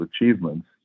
achievements